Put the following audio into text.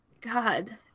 god